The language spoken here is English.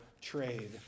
trade